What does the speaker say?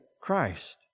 Christ